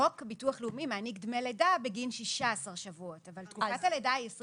חוק ביטוח לאומי מעניק דמי לידה בגין 16 שבועות אבל תקופת הלידה היא 26